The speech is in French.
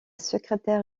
secrétaire